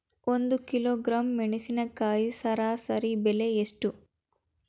ಒಂದು ಕಿಲೋಗ್ರಾಂ ಮೆಣಸಿನಕಾಯಿ ಸರಾಸರಿ ಬೆಲೆ ಎಷ್ಟು?